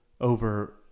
over